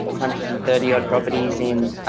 hundred and thirty odd properties in,